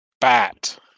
bat